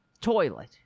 toilet